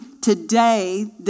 today